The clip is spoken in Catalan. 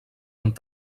amb